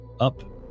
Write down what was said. up